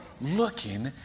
looking